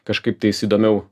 kažkaip tais įdomiau